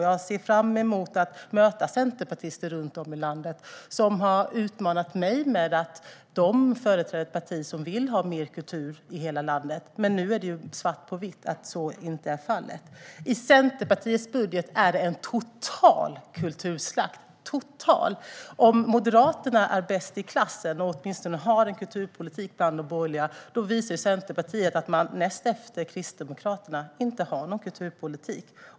Jag ser fram emot att möta centerpartister runt om i landet som har utmanat mig med att de företräder ett parti som vill ha mer kultur i hela landet. Nu finns det svart på vitt att så inte är fallet. I Centerpartiets budget är det en total kulturslakt - total. Om Moderaterna är bäst i klassen bland de borgerliga - de har åtminstone en kulturpolitik - så visar Centerpartiet att man näst efter Kristdemokraterna inte har någon kulturpolitik.